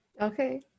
Okay